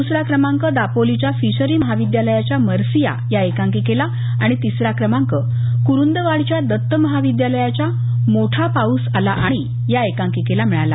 दुसरा क्रमांक दापोलीच्या फिशरी महाविद्यालयाच्या मर्सिया एकांकिकेला आणि तिसरा क्रमांक क्रूंदवाडच्या दत्त महाविद्यालयाच्या मोठा पाऊस आला आणि या एकांकिकेला मिळाला